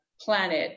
planet